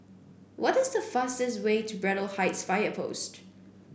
what is the fastest way to Braddell Heights Fire Post